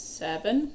seven